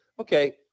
okay